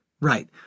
Right